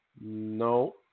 No